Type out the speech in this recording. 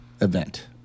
event